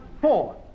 four